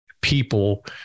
people